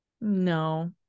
no